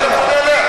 לסיים.